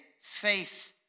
faith